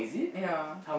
ya